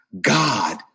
God